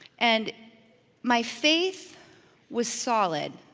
and my faith was solid,